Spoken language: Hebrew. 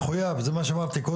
אתה צריך שנתיים,